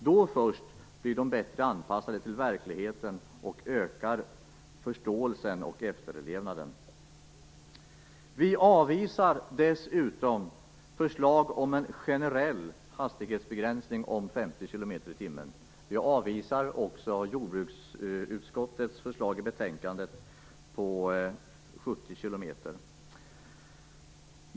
Då först blir de bättre anpassade till verkligheten och då ökar också förståelsen och efterlevnaden. Vi kristdemokrater avvisar dessutom förslag om en generell hastighetsbegränsning om 50 kilometer i timmen. Vi avvisar också jordbruksutskottets förslag i betänkandet om 70 kilometer i timmen.